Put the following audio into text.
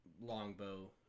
longbow